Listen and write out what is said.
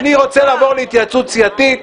אני רוצה לעבור להתייעצות סיעתית,